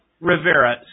Rivera